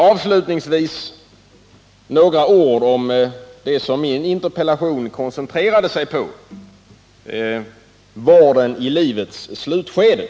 Avslutningsvis några ord om det som min interpellation koncentrerade sig på: vården i livets slutskede.